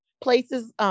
places